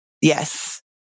Yes